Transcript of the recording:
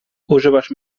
używasz